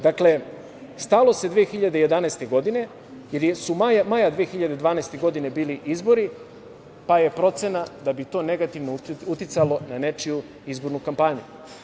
Dakle, stalo se 2011. godine, jer su maja 2012. godine bili izbori, pa je procena da bi to negativno uticalo na nečiju izbornu kampanju.